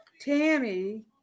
Tammy